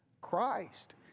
Christ